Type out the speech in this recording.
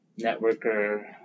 networker